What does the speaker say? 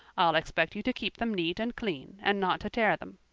i'll expect you to keep them neat and clean and not to tear them.